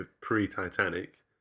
pre-Titanic